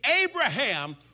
Abraham